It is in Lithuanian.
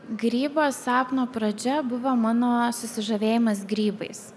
grybo sapno pradžia buvo mano susižavėjimas grybais